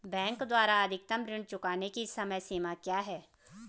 Bank द्वारा अधिकतम ऋण चुकाने की समय सीमा क्या है?